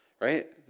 right